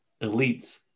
Elites